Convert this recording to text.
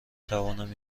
توانم